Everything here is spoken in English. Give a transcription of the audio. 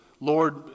Lord